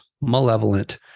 malevolent